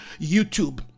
youtube